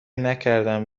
نکردم